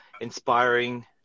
inspiring